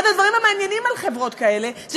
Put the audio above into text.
אחד הדברים המעניינים על חברות כאלה זה